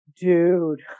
dude